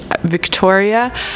Victoria